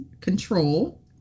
Control